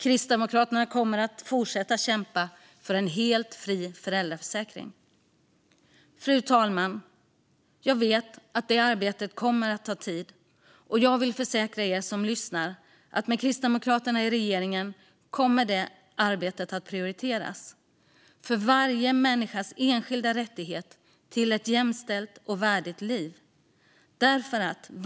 Kristdemokraterna kommer att fortsätta kämpa för en helt fri föräldraförsäkring. Fru talman! Jag vet att det arbetet kommer att ta tid. Jag vill försäkra er som lyssnar att arbetet för varje människas enskilda rättighet till ett jämställt och värdigt liv kommer att prioriteras med Kristdemokraterna i regeringen.